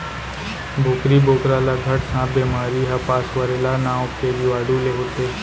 बोकरी बोकरा ल घट सांप बेमारी ह पास्वरेला नांव के जीवाणु ले होथे